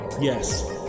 Yes